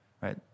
right